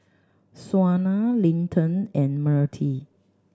Shauna Linton and Myrtie